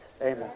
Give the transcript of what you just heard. Amen